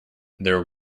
there